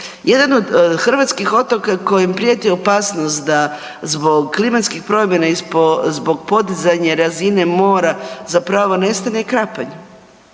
Jedan od hrvatskih otoka kojem prijeti opasnost da zbog klimatskih promjena i zbog podizanja razine mora zapravo nestane je Krapanj.